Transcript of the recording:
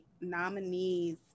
nominees